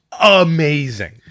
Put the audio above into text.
amazing